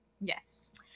Yes